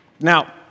Now